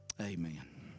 Amen